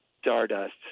stardust